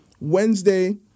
Wednesday